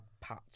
patch